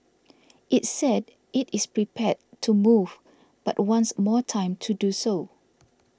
it said it is prepared to move but wants more time to do so